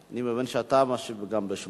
אלא היא הפכה להיות אתר הנצחה של כל החטיבות שלחמו